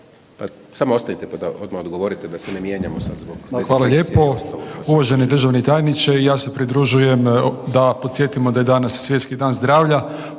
Samo ostanite, pa da odmah odgovorite da se ne mijenjamo. **Jovanović, Željko (SDP)** Hvala lijepo. Uvaženi državni tajniče i ja se pridružujem da podsjetimo da je danas Svjetski dan zdravlja,